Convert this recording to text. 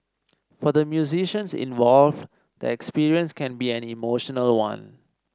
for the musicians involved the experience can be an emotional one